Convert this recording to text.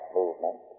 movement